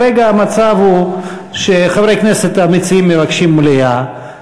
כרגע המצב הוא שחברי הכנסת המציעים מבקשים מליאה,